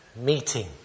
meeting